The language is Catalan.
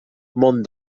món